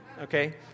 Okay